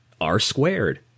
R-squared